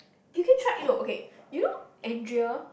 you can try you know okay you know Andrea